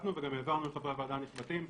בדקנו וגם העברנו לחברי הוועדה הנכבדים.